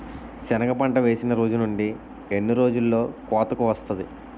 సెనగ పంట వేసిన రోజు నుండి ఎన్ని రోజుల్లో కోతకు వస్తాది?